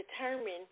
determine